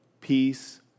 peace